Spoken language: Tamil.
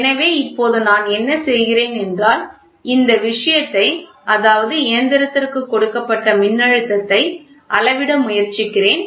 எனவே இப்போது நான் என்ன செய்கிறேன் என்றால் இந்த விஷயத்தை அதாவது இயந்திரத்திற்கு கொடுக்கப்பட்ட மின்னழுத்தத்தை அளவிட முயற்சிக்கிறேன்